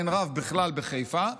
אין רב בכלל בחיפה,